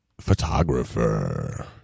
photographer